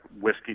whiskey